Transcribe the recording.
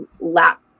lap